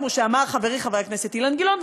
כמו שאמר חברי חבר הכנסת אילן גילאון,